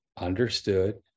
understood